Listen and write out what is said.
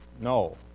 No